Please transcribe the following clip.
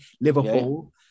Liverpool